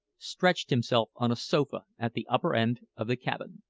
stretched himself on a sofa at the upper end of the cabin.